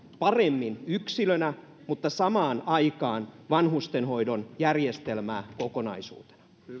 paremmin yksilönä mutta samaan aikaan vanhustenhoidon järjestelmää kokonaisuutena